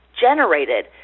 generated